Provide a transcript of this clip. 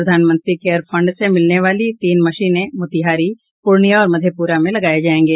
प्रधानमंत्री care fund से मिलने वाली तीन मशीनें मोतिहारी पूर्णिया और मधेपुरा में लगाये जायेंगे